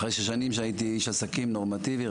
אחרי שנים שהייתי איש עסקים נורמטיבי,